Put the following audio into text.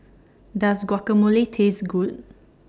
Does Guacamole Taste Good